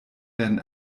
werden